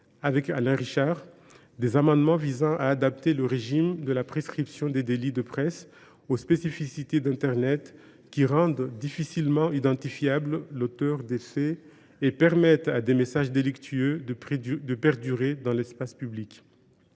et à la citoyenneté, des amendements visant à adapter le régime de la prescription des délits de presse aux spécificités d’internet, qui rendent difficilement identifiable l’auteur des faits et permettent à des messages délictueux de perdurer dans l’espace public.